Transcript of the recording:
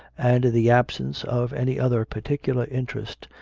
and the absence of any other particular interest,